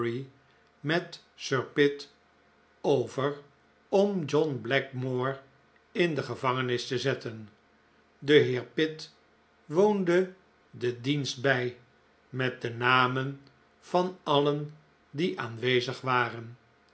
met sir pitt over om john blackmore in de gevangenis te zetten de heer pitt woonde den dienst bij met de namen van alien die aanwezig waren